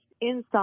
inside